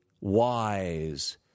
wise